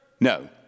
No